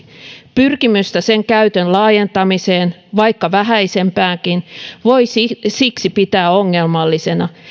pyrkimystä sen käytön laajentamiseen vaikka vähäisempäänkin voi siksi pitää ongelmallisena